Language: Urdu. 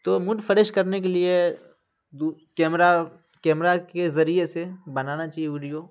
تو موڈ فریش کرنے کے لیے کیمرہ کیمرہ کے ذریعے سے بنانا چاہیے ویڈیو